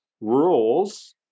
rules